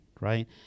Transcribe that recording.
right